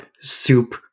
soup